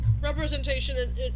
representation